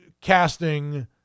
casting